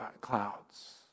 clouds